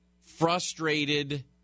frustrated